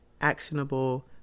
actionable